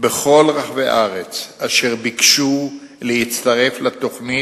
בכל רחבי הארץ אשר ביקשו להצטרף לתוכנית,